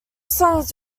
songs